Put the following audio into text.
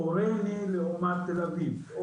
או רמ"י לעומת תל אביב,